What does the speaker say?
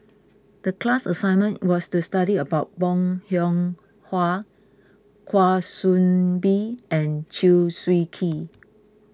the class assignment was to study about Bong Hiong Hwa Kwa Soon Bee and Chew Swee Kee